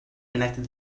connected